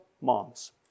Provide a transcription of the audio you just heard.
moms